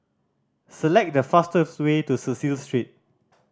select the fastest way to Cecil Street